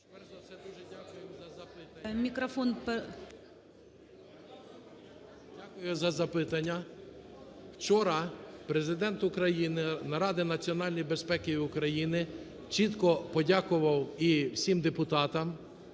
Дякую за запитання. Вчора Президент України на Раді національної безпеки і України чітко подякував і всім депутатам,